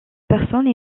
personnes